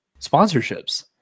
sponsorships